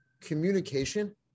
Communication